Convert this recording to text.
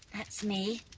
that's me.